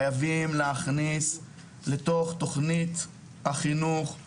חייבים להכניס לתוכנית החינוך את